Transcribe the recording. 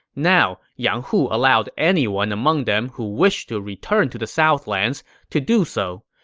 now, yang hu allowed anyone among them who wished to return to the southlands to do so.